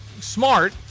smart